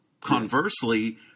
Conversely